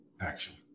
action